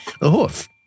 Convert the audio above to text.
hoof